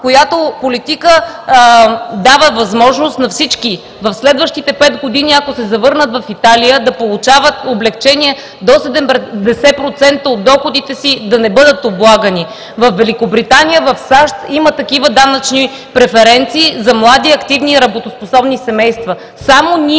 която политика дава възможност на всички в следващите пет години, ако се завърнат в Италия, да получават облекчения до 70% от доходите си, да не бъдат облагани. Във Великобритания, в САЩ има такива данъчни преференции за млади, активни и работоспособни семейства. Само ние,